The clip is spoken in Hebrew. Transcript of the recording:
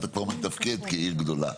אתה כבר מתפקד כעיר גדולה,